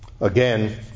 again